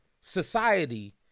society